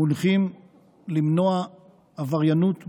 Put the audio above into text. מונחים למנוע עבריינות באזור.